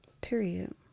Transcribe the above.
Period